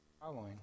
following